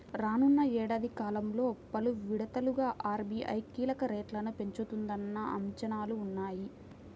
రానున్న ఏడాది కాలంలో పలు విడతలుగా ఆర్.బీ.ఐ కీలక రేట్లను పెంచుతుందన్న అంచనాలు ఉన్నాయి